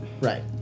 Right